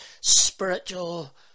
spiritual